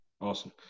Awesome